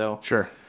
Sure